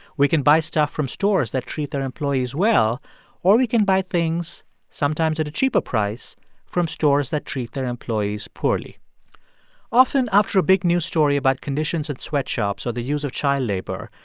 we can buy stuff from stores that treat their employees well or we can buy things sometimes at a cheaper price from stores that treat their employees poorly often after a big news story about conditions in sweatshops or the use of child labor,